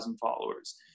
followers